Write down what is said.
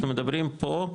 אנחנו מדברים פה,